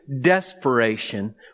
desperation